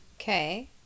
Okay